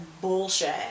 bullshit